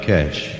Cash